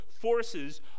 forces